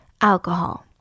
alcohol